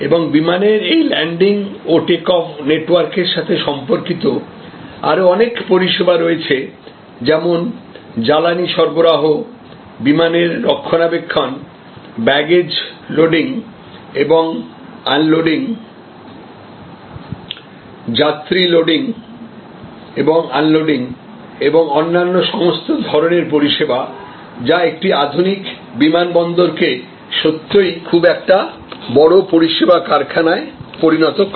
এবং বিমানের এই ল্যান্ডিং ও টেক অফ নেটওয়ার্ক এর সাথে সম্পর্কিত আরও অনেক পরিষেবা রয়েছে যেমন জ্বালানী সরবরাহ বিমানের রক্ষণাবেক্ষণ ব্যাগেজ লোডিং এবং আনলোডিং যাত্রী লোডিং এবং আনলোডিং এবং অন্যান্য সমস্ত ধরণের পরিষেবা যা একটি আধুনিক বিমানবন্দরকে সত্যই একটি খুব বড় পরিষেবা কারখানায় পরিণত করে